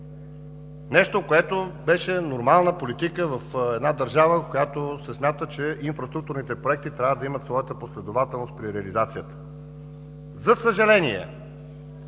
нещо, което беше нормална политика в една държава, в която се смята, че инфраструктурните проекти трябва да имат своята последователност при реализацията. За съжаление,